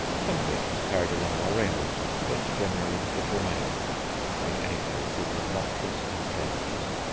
some of it was carried along by rainwater, but generally it remained in any case it was noxious and dangerous.